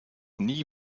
nie